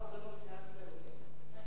שר הביטחון זה לא מציאה, אל תיתן לו כסף.